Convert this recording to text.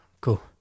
cool